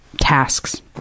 tasks